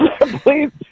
Please